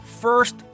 first